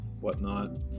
whatnot